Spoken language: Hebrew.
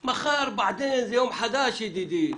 מחר, בעאדין, זה יום חדש ידידי.